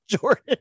Jordan